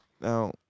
now